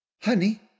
Honey